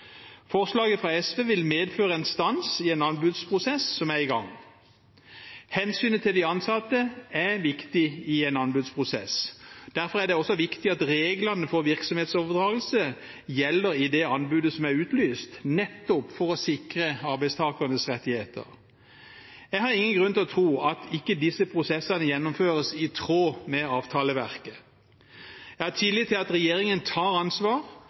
Forslaget fra SV ville medføre en stans i en anbudsprosess som er i gang. Hensynet til de ansatte er viktig i en anbudsprosess. Derfor er det også viktig at reglene for virksomhetsoverdragelse gjelder i det anbudet som er utlyst, nettopp for å sikre arbeidstakernes rettigheter. Jeg har ingen grunn til å tro at ikke disse prosessene gjennomføres i tråd med avtaleverket. Jeg har tillit til at regjeringen tar ansvar,